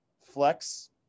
flex